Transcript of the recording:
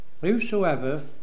whosoever